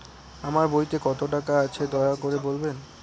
আমার বইতে কত টাকা আছে দয়া করে বলবেন?